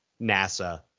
NASA